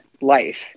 life